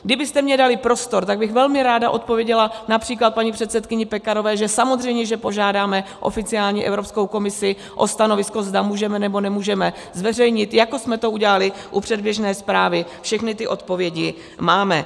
Kdybyste mi dali prostor, tak bych velmi ráda odpověděla např. paní předsedkyni Pekarové, že samozřejmě že požádáme oficiální Evropskou komisi o stanovisko, zda můžeme, nebo nemůžeme zveřejnit, jako jsme to udělali u předběžné zprávy, všechny ty odpovědi máme.